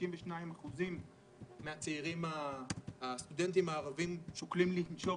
52% מהסטודנטים הערבים שוקלים לנשור